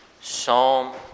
Psalm